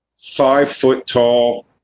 five-foot-tall